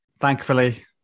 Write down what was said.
Thankfully